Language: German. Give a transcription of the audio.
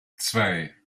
zwei